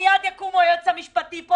מיד יקום יועץ משפטי פה,